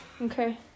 Okay